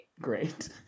Great